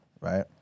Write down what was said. right